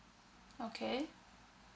okay